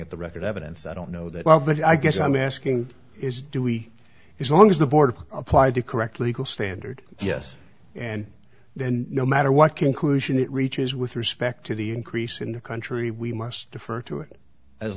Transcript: at the record evidence i don't know that well but i guess i'm asking is do we it's long as the board applied to correct legal standard yes and then no matter what conclusion it reaches with respect to the increase in the country we must defer to it as